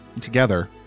together